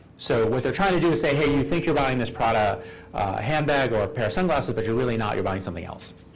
so what they're trying to do is say, hey, you think you're buying this prada handbag or pair of sunglasses, but you're really not. you're buying something else.